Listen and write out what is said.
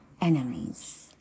enemies